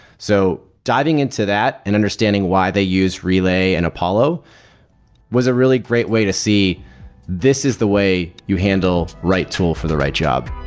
so diving into that and understanding why they use relay and apollo was a really great way to see this is the way you handle right tool for the right job.